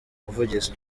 buvugizi